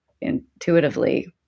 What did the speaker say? intuitively